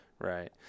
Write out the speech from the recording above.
right